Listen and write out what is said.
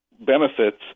benefits